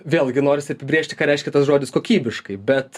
vėlgi norisi apibrėžt ką reiškia tas žodis kokybiškai bet